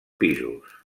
pisos